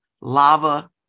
lava